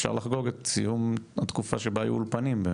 אפשר לחגוג את סיום התקופה שבה היו אולפנים.